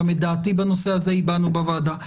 גם את דעתי בנושא הזה הבענו בוועדה.